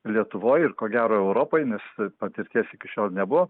lietuvoj ir ko gero europoj nes patirties iki šiol nebuvo